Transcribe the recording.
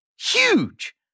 Huge